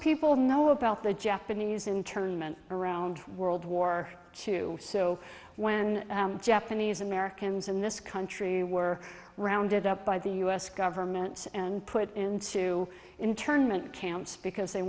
people know about the japanese internment around world war two so when japanese americans in this country were rounded up by the u s governments and put into internment camps because they